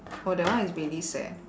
oh that one is really sad